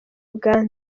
uganda